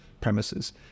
premises